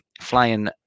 Flying